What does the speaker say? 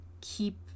keep